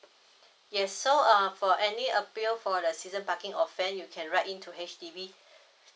yes so uh for any appeal for the season parking offense you can write in to H_D_B